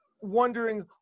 wondering